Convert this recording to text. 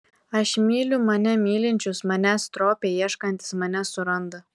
aš myliu mane mylinčius manęs stropiai ieškantys mane suranda